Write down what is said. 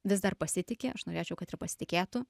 vis dar pasitiki aš norėčiau kad ir pasitikėtų